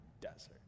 desert